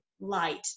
light